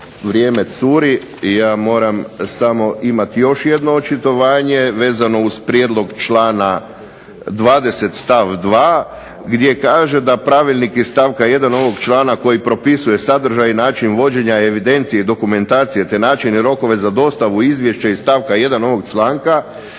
vrijeme curi, ja moram samo imati još jedno očitovanje vezano uz prijedlog člana 20. stav 2. gdje kaže da pravilnik iz stavka 1. ovog člana koji propisuje sadržaj i način vođenja evidencije i dokumentacije te način i rokove za dostavu izvješća iz stavka 1. ovog članka